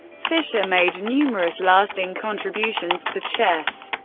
fischer made numerous lasting contributions to chess.